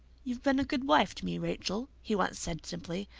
you've been a good wife to me, rachel, he once said simply,